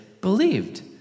believed